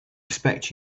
expect